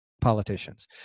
politicians